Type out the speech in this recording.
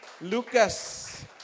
Lucas